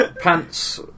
Pants